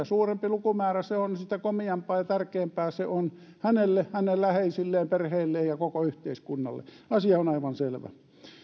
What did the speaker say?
suurempi lukumäärä se on sitä komeampaa ja tärkeämpää se on hänelle hänen läheisilleen ja perheelleen ja koko yhteiskunnalle asia on aivan selvä